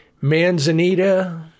Manzanita